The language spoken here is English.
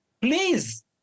please